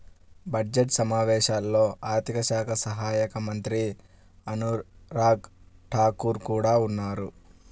budget సమావేశాల్లో ఆర్థిక శాఖ సహాయక మంత్రి అనురాగ్ ఠాకూర్ కూడా ఉన్నారు